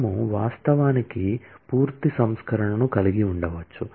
మనము వాస్తవానికి పూర్తి సంస్కరణను కలిగి ఉండవచ్చు